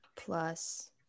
plus